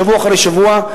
שבוע אחרי שבוע.